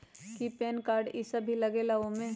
कि pan card इ सब भी लगेगा वो में?